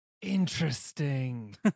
Interesting